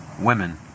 women